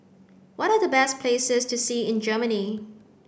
what are the best places to see in Germany